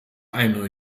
einer